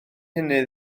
hynny